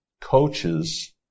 coaches